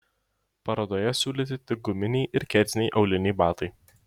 parodoje siūlyti tik guminiai ir kerziniai auliniai batai